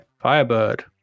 Firebird